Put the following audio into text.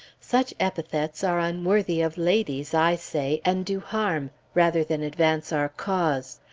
such epithets are unworthy of ladies, i say, and do harm, rather than advance our cause.